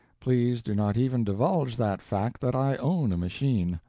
please do not even divulge that fact that i own a machine.